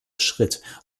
schritt